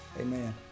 Amen